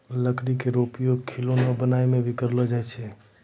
लकड़ी केरो उपयोग खिलौना बनाय म भी करलो जाय छै